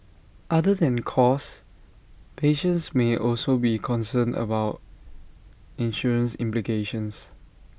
other than cost patients may also be concerned about insurance implications